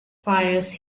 fires